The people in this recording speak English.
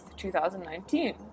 2019